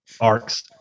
arcs